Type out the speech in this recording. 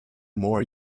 more